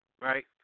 right